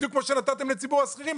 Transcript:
בדיוק כמו שנתתם לציבור השכירים.